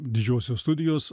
didžiosios studijos